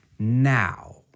Now